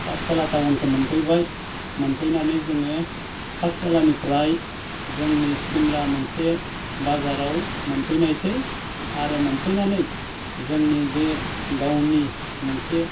पाठसाला टाउनखो मोनफैबाय मोनफैनानै जोङो पाठसालानिफ्राय जोंनि सिमला मोनसे बाजाराव मोनफैनायसै आरो मोनफैनानै जोंनि बे गावनि मोनसे